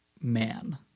man